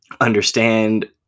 understand